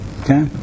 okay